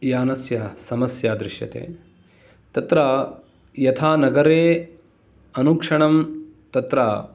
यानस्य समस्या दृश्यते तत्र यथा नगरे अनुक्षणं तत्र